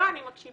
לא, אני מקשיבה.